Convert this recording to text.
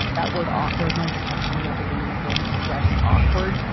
that word awkwardness kept coming up again and again. it's less awkward.